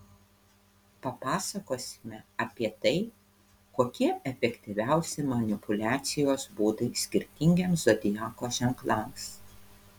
papasakosime apie tai kokie efektyviausi manipuliacijos būdai skirtingiems zodiako ženklams